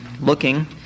looking